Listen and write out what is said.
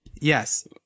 Yes